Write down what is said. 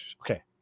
Okay